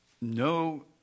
no